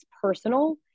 personal